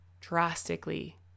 drastically